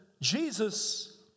Jesus